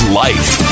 life